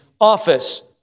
office